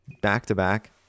Back-to-back